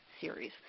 series